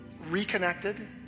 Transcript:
reconnected